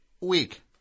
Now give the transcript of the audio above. week